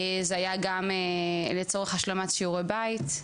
זה היה גם לצורך השלמת שיעורי בית,